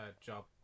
job